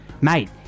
mate